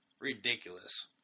ridiculous